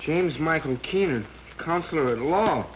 james michael keaton consular along